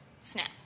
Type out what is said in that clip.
snap